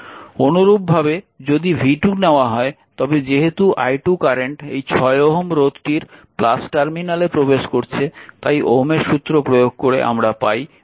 অনুরূপভাবে যদি v2 নেওয়া হয় তবে যেহেতু i2 কারেন্ট এই 6 ওহম রোধটির টার্মিনালে প্রবেশ করছে তাই ওহমের সূত্র প্রয়োগ করে আমরা পাই v2 6 i2